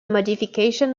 modification